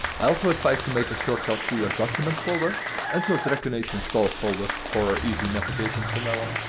i also advise to make a shortcut to your documents folder and your dragon age install folder for easy navigation from now um